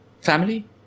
family